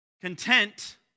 Content